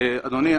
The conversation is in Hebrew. אדוני,